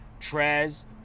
Trez